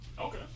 Okay